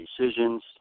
decisions